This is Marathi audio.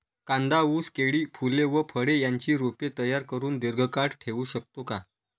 कांदा, ऊस, केळी, फूले व फळे यांची रोपे तयार करुन दिर्घकाळ ठेवू शकतो का?